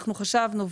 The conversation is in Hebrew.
אנחנו חשבנו,